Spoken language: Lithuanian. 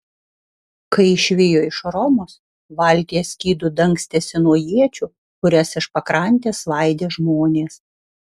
kai išvijo iš romos valtyje skydu dangstėsi nuo iečių kurias iš pakrantės svaidė žmonės